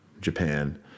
Japan